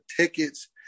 tickets